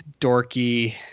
dorky